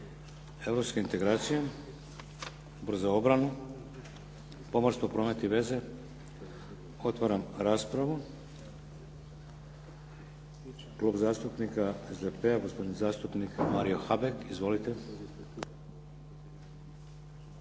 Europske integracije? Odbor za obranu? Pomorstvo, promet i veze? Otvaram raspravu. Klub zastupnika SDP-a, gospodin zastupnik Mario Habek. Izvolite.